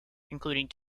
including